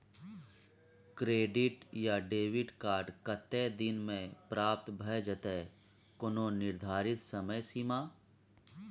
Credit या debit card कत्ते दिन म प्राप्त भ जेतै, कोनो निर्धारित समय सीमा?